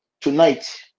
tonight